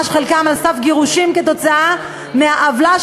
חלקם ממש על סף גירושים כתוצאה מהעוולה,